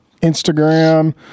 Instagram